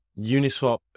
Uniswap